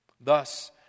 Thus